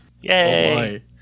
Yay